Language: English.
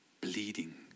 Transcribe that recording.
bleeding